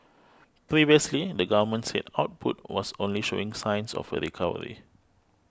previously the government said output was only showing signs of a recovery